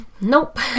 Nope